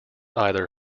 either